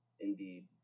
Indeed